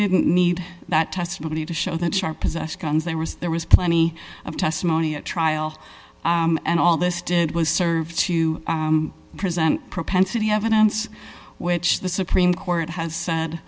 didn't need that testimony to show that sharp possess guns there was there was plenty of testimony at trial and all this did was serve to present propensity evidence which the supreme court has said